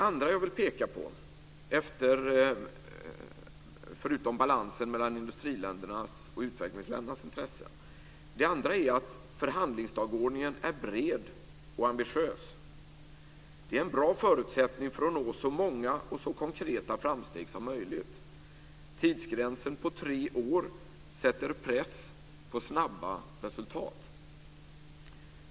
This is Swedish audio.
För det andra - förutom balansen mellan industriländernas och utvecklingsländernas intresse - vill jag peka på att förhandlingsdagordningen är bred och ambitiös. Det är en bra förutsättning för att nå så många och så konkreta framsteg som möjligt. Tidsgränsen på tre år sätter press på snabba resultat.